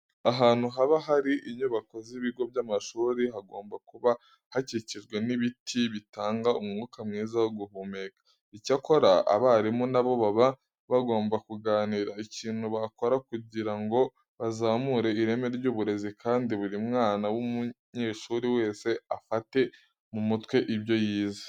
Ahantu haba hari inyubako z'ibigo by'amashuri hagomba kuba hakikijwe n'ibiti bitanga umwuka mwiza wo guhumeka. Icyakora abarimu na bo baba bagomba kuganira ikintu bakora kugira ngo bazamure ireme ry'uburezi kandi buri mwana w'umunyeshuri wese afate mu mutwe ibyo yize.